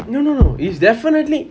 no no no it's definitely